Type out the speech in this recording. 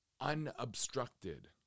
unobstructed